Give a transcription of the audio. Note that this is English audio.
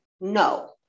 No